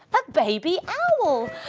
a baby owl.